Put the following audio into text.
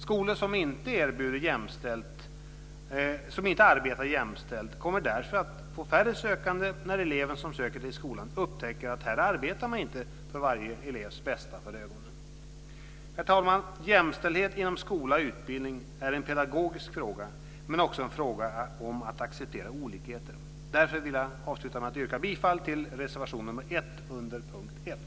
Skolor som inte arbetar jämställt kommer därför att få färre sökande när elever som söker till skolan upptäcker att man där inte arbetar med varje elevs bästa för ögonen. Herr talman! Jämställdhet inom skola och utbildning är en pedagogisk fråga men också en fråga om att acceptera olikheter. Därför vill jag avsluta med att yrka bifall till reservation 1 under punkt 1.